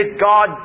God